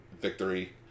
Victory